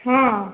ହଁ